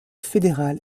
fédéral